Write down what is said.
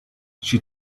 she